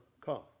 come